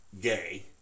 gay